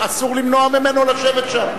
אסור למנוע ממנו לשבת שם.